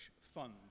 fund